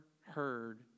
heard